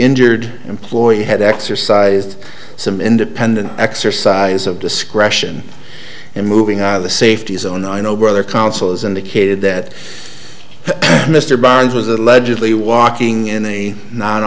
injured employee had exercised some independent exercise of discretion and moving out of the safety zone i know brother counsel has indicated that mr barnes was allegedly walking in a no